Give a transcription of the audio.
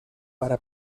para